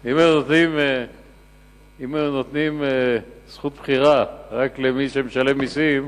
אם היו נותנים זכות בחירה רק למי שמשלם מסים,